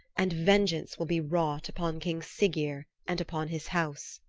and vengeance will be wrought upon king siggeir and upon his house.